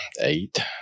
eight